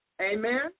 Amen